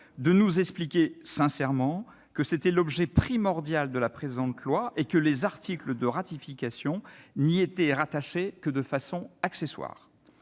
de nous expliquer sincèrement que c'était l'objet primordial du présent texte et que les articles de ratification n'y étaient rattachés que de façon accessoire.